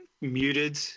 muted